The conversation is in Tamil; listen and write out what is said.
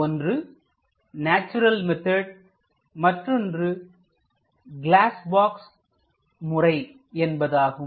ஒன்று நேச்சுரல் மெத்தட் மற்றொன்று கிளாஸ் பாக்ஸ் முறை என்பதாகும்